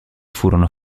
furono